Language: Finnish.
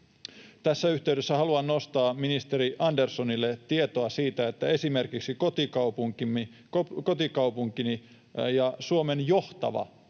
Tässä yhteydessä haluan nostaa ministeri Anderssonille tietoa siitä, että esimerkiksi kotikaupunkini ja Suomen johtava